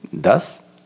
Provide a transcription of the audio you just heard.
das